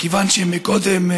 מכיוון שקודם,